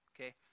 Okay